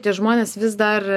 tie žmonės vis dar